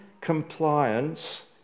compliance